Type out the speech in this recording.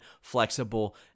flexible